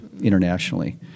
internationally